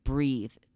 Breathe